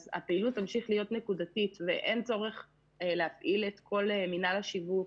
אז הפעילות תמשיך להיות נקודתית ואין צורך להפעיל את כל מינהל השיווק